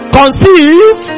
conceive